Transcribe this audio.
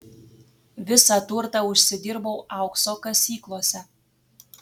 visą turtą užsidirbau aukso kasyklose